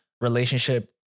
relationship